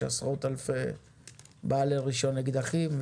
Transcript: יש עשרות אלפי בעלי רישיון לאקדחים,